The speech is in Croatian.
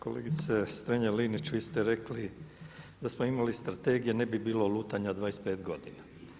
Kolegice Strenja-Linić, vi ste rekli da smo imali strategije, ne bi bilo lutanja 25 godina.